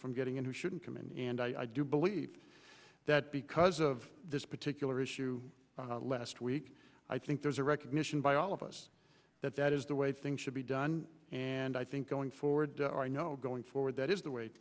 from getting into shouldn't come in and i do believe that because of this particular issue last week i think there's a recognition by all of us that that is the way things should be done and i think going forward i know going forward that is the way